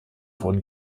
wurden